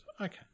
Okay